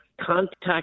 contact